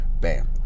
bam